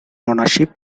ownership